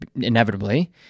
inevitably